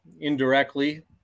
indirectly